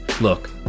look